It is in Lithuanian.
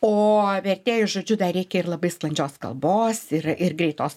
o vertėjui žodžiu dar reikia ir labai sklandžios kalbos ir ir greitos